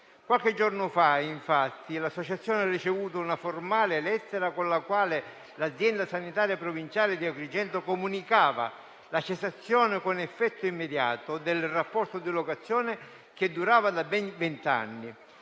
Qualche giorno fa, infatti, l'associazione ha ricevuto una formale lettera con la quale l'azienda sanitaria provinciale (ASP) di Agrigento comunicava la cessazione con effetto immediato del rapporto di locazione che durava da ben vent'anni.